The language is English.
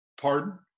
Pardon